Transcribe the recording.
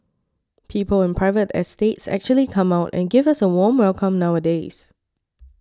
people in private estates actually come out and give us a warm welcome nowadays